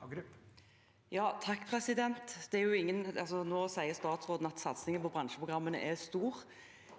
(H) Nå sier statsråden at satsingen på bransjeprogrammene er stor.